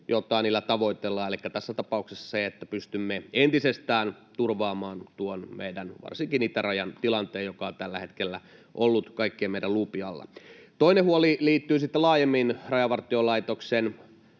jota niillä tavoitellaan, elikkä tässä tapauksessa se, että pystymme entisestään turvaamaan varsinkin tuon meidän itärajan tilanteen, joka tällä hetkellä on ollut kaikkien meidän luupin alla. Toinen huoli liittyy sitten laajemmin Rajavartiolaitoksen